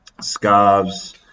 scarves